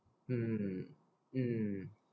mm mm